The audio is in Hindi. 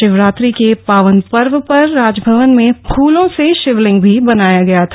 महाशिवरात्रि के पावन पर्व पर राजभवन में फूलों से शिवलिंग भी बनाया गया था